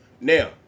Now